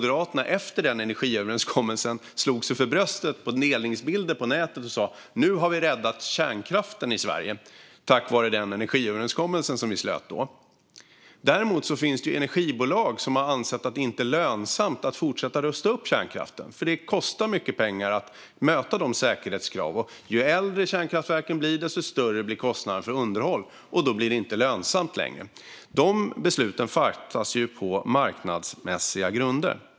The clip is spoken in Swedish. Efter den energiöverenskommelsen slog Moderaterna sig för bröstet på delningsbilder på nätet och sa att de hade räddat kärnkraften i Sverige. Däremot finns energibolag som har ansett att det inte är lönsamt att fortsätta att rusta upp kärnkraften eftersom det kostar mycket pengar att leva upp till säkerhetskraven. Ju äldre kärnkraftverken är, desto större blir kostnaderna för underhåll. Då blir det inte lönsamt längre. De besluten fattas på marknadsmässiga grunder.